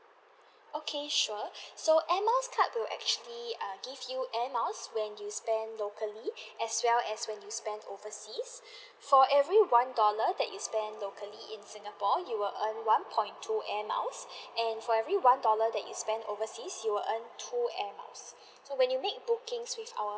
okay sure so air miles card do actually err give you air miles when you spend locally as well as when you spend overseas for every one dollar that you spend locally in singapore you will earn one point two air miles and for every one dollar that you spend overseas you will earn two air miles so when you make bookings with our